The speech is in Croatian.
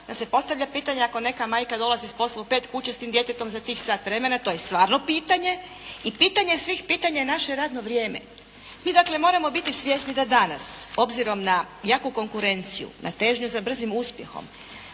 onda se postavlja pitanje ako neka majka dolazi s posla u pet, kud će s tim djetetom za tih sat vremena, to je stvarno pitanje. I pitanje svih pitanja je naše radno vrijeme. Mi dakle moramo biti svjesni da danas obzirom na jaku konkurenciju, na težnju za brzim uspjehom